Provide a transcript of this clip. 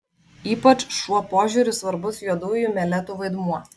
ypač šuo požiūriu svarbus juodųjų meletų vaidmuo